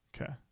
Okay